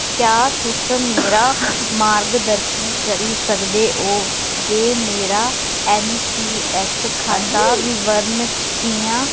क्या तुस मेरा मार्गदर्शन करी सकदे ओ जे मेरा एन पी एस खाता विवरण कि'यां